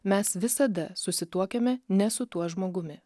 mes visada susituokiame ne su tuo žmogumi